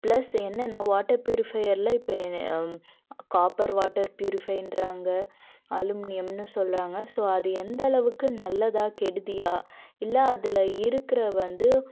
plus என்னென்னால் water ப்யூரிஃபையரில் இப்போ காப்பர் வாட்டர் ப்யூரிஃபைங்றாங்க அலுமினியம்னு சொல்கிறாங்க ஸோ அது எந்த அளவுக்கு நல்லதா கெடுதியா இல்லை அதில் இருக்கிற வந்து